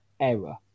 error